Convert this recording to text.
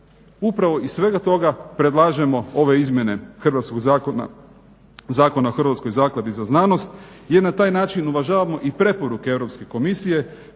Upravo iz svega toga predlažemo ove izmjene Zakona o Hrvatskoj zakladi za znanost jer na taj način uvažavamo i preporuke Europske komisije